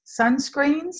sunscreens